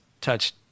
touched